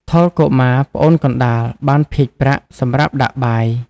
ថុល កុមារ (ប្អូនកណ្ដាល) បាន ភាជន៍ប្រាក់ សម្រាប់ដាក់បាយ។